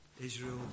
Israel